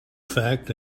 fact